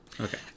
Okay